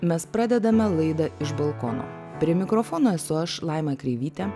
mes pradedame laidą iš balkono prie mikrofono esu aš laima kreivytė